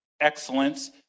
excellence